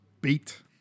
beat